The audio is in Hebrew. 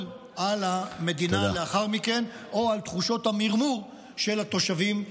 על המדינה לאחר מכן או על תחושות המרמור של התושבים.